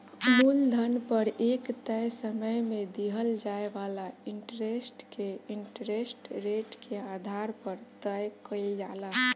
मूलधन पर एक तय समय में दिहल जाए वाला इंटरेस्ट के इंटरेस्ट रेट के आधार पर तय कईल जाला